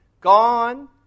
gone